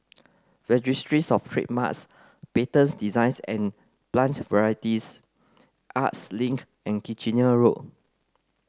Registries Of Trademarks Patents Designs and Plant Varieties Arts Link and Kitchener Road